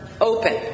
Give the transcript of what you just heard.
open